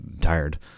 tired